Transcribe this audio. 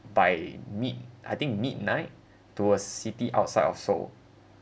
by mid I think midnight towards city outside of seoul